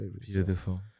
Beautiful